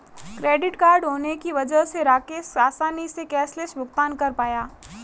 credit card होने की वजह से राकेश आसानी से कैशलैस भुगतान कर पाया